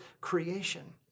creation